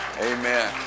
Amen